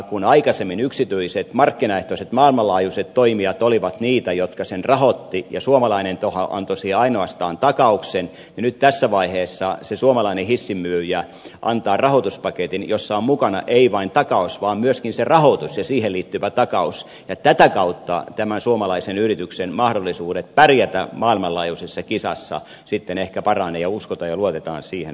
kun aikaisemmin yksityiset markkinaehtoiset maailmanlaajuiset toimijat olivat niitä jotka sen rahoittivat ja suomalainen taho antoi siihen ainoastaan takauksen niin nyt tässä vaiheessa se suomalainen hissinmyyjä antaa rahoituspaketin jossa on mukana ei vain takaus vaan myöskin se rahoitus ja siihen liittyvä takaus ja tätä kautta tämän suomalaisen yrityksen mahdollisuudet pärjätä maailmanlaajuisessa kisassa sitten ehkä paranevat ja uskotaan ja luotetaan siihen että paranee